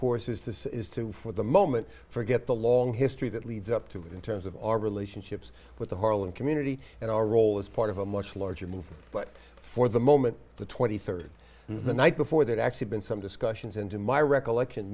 course is to say is to for the moment forget the long history that leads up to it in terms of our relationships with the harlem community and our role as part of a much larger movement but for the moment the twenty third the night before that actually been some discussions and to my recollection